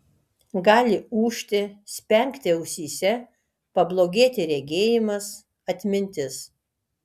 gali ūžti spengti ausyse pablogėti regėjimas atmintis